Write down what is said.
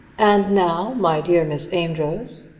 and now, my dear miss amedroz,